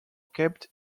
kept